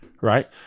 right